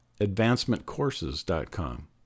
advancementcourses.com